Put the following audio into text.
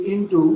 050